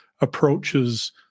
approaches